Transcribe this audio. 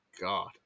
God